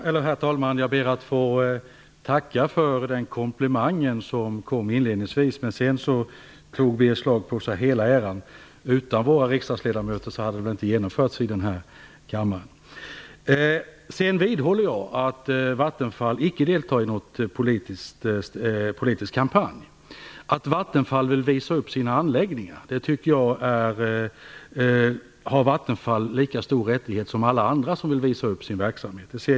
Herr talman! Jag ber att få tacka för den komplimang som kom inledningsvis. Sedan tog Birger Schlaug på sig hela äran för allergisaneringsbeslutet, men utan våra riksdagsledamöter hade beslutet inte genomförts i den här kammaren. Jag vidhåller att Vattenfall icke deltar i någon politisk kampanj. Vattenfall har lika stor rättighet som alla andra att visa upp sina anläggningar och sin verksamhet.